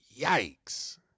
Yikes